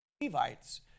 Levites